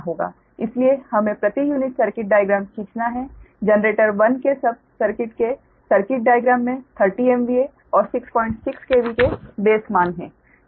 इसलिए हमें प्रति यूनिट सर्किट डाइग्राम खींचना है जनरेटर 1 के सब सर्किट के सर्किट डाइग्राम में 30 MVA और 66 KV के बेस मान हैं